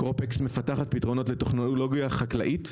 קרופקס מפתחת פתרונות לטכנולוגיה חקלאית.